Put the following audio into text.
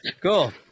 Cool